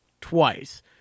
twice